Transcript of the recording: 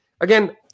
Again